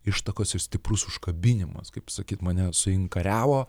ištakos ir stiprus užkabinimas kaip sakyt mane suinkariavo